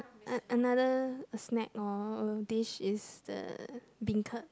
a~ another snack or dish is the beancurd